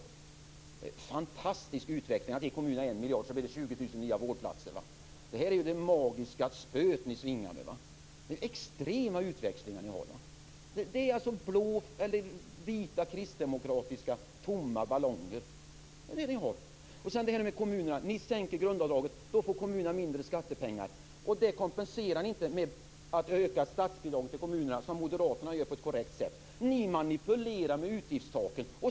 Det är en fantastisk utveckling. Man ger kommunerna 1 miljard, och så blir det 20 000 nya vårdplatser. Nu svingar ni det magiska spöt. Det är extrema utväxlingar ni har. Det är vita, kristdemokratiska, tomma ballonger. Sedan har vi detta med kommunerna. Ni sänker grundavdraget. Då får kommunerna mindre skattepengar. Det kompenserar ni inte med att öka statsbidragen till kommunerna som Moderaterna gör på ett korrekt sätt. Ni manipulerar med utgiftstaken.